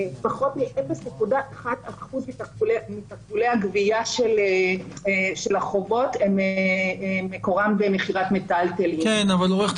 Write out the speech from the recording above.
פחות מ-0.1% מתקבולי הגבייה של החובות הם מקורם במכירת מיטלטלין.